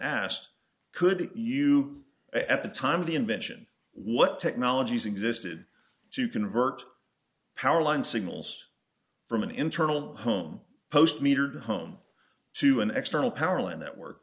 asked could you at the time of the invention what technologies existed to convert power line signals from an internal home post metered home to an extra power line network